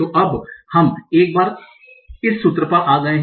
तो अब हम एक बार इस सूत्र पर आ गए हैं